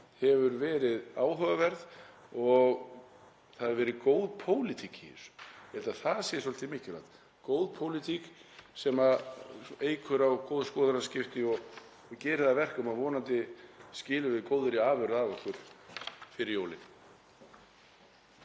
hefur verið áhugaverð og það hefur verið góð pólitík í þessu, ég held að það sé svolítið mikilvægt, góð pólitík sem eykur á góð skoðanaskipti og gerir það að verkum að vonandi skilum við góðri afurð af okkur fyrir jólin.